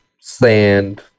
sand